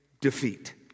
defeat